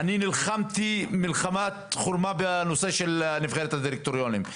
אני נלחמתי מלחמת חומרה בנושא של נבחרת הדירקטוריונים.